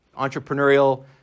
Entrepreneurial